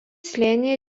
slėnyje